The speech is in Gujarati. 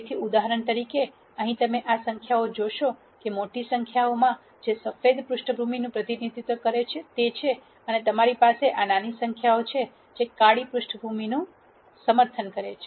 તેથી ઉદાહરણ તરીકે અહીં તમે આ સંખ્યાઓ જોશો જે મોટી સંખ્યામાં છે જે સફેદ પૃષ્ઠભૂમિનું પ્રતિનિધિત્વ કરે છે અને તમારી પાસે આ નાની સંખ્યાઓ છે જે કાળી પૃષ્ઠભૂમિ રજૂ કરે છે